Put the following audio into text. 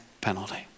penalty